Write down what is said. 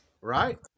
Right